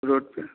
road पर